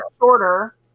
shorter